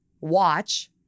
watch